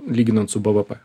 lyginant su bvp